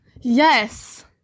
Yes